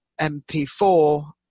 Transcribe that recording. MP4